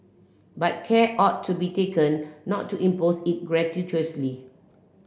but care ought to be taken not to impose it gratuitously